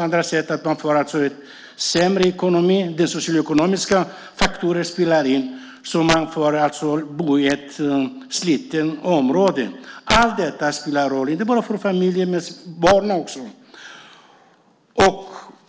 därmed får man sämre ekonomi. Socioekonomiska faktorer spelar in, och man får bo i slitna områden. Allt detta spelar roll, inte bara för familjerna utan också för barnen.